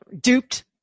duped